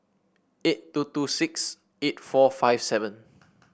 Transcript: eight two two six eight four five seven